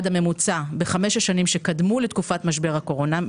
הממוצע בחמש השנים שקדמו לתקופת משבר הקורונה,